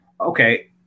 Okay